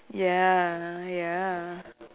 ya ya